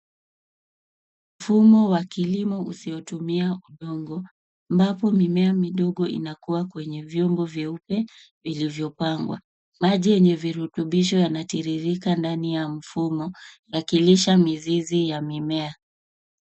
Mfumo wa kilimo usiotumia udongo, ambapo mimea midogo inakua kwenye vyombo vyeupe vilivyopangwa. Maji yenye virutubisho yanatiririka ndani ya mfumo yakilisha mizizi ya mimea.